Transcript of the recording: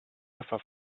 suffer